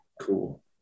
cool